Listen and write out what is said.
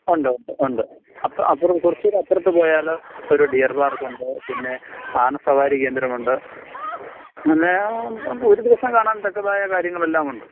ഉണ്ട് ഉണ്ട് ഉണ്ട് അപ്പോൾ അപ്പുറ കുറച്ചുകൂടെ അപ്പുറത്ത് പോയാൽ ഒരു ഡിയർ പാർക്ക് ഉണ്ട് പിന്നെ ആന സവാരി കേന്ദ്രമുണ്ട് പിന്നെ ഒരു ദിവസം കാണാൻ തക്കതായ കാര്യങ്ങളെല്ലാമുണ്ട്